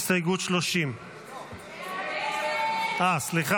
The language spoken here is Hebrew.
הסתייגות 30. סליחה,